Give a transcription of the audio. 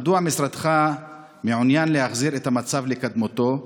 2. מדוע משרדך מעוניין להחזיר את המצב לקדמותו?